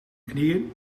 knieën